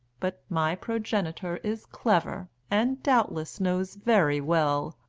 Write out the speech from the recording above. but my progenitor is clever, and doubtless knows very well,